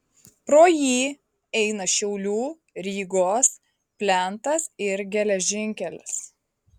pro jį eina šiaulių rygos plentas ir geležinkelis